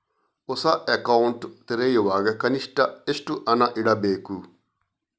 ಹೊಸ ಅಕೌಂಟ್ ತೆರೆಯುವಾಗ ಕನಿಷ್ಠ ಎಷ್ಟು ಹಣ ಇಡಬೇಕು?